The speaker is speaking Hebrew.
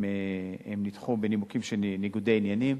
הם נדחו בנימוקים של ניגודי עניינים,